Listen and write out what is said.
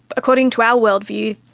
according to our world view,